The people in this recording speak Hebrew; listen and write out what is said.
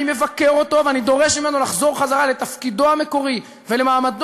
אני מבקר אותו ואני דורש ממנו לחזור לתפקידו המקורי ולמעמדו